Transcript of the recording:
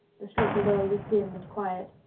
the street below was dim and quiet.